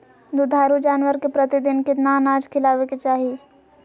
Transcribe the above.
दुधारू जानवर के प्रतिदिन कितना अनाज खिलावे के चाही?